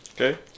Okay